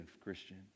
Christian